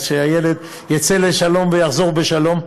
אז שהילד יצא לשלום ויחזור בשלום.